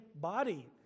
body